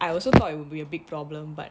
I also thought it would be a big problem but